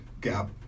gap